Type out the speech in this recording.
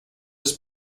des